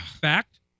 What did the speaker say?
fact